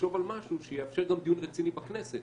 לחשוב על משהו שיאפשר גם דיון רציני בכנסת,